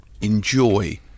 enjoy